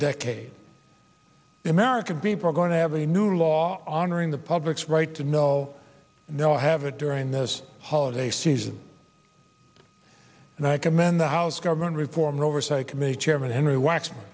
the american people are going to have a new law honoring the public's right to know and they'll have it during this holiday season and i commend the house government reform and oversight committee chairman henry wa